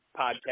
podcast